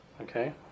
Okay